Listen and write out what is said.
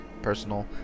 personal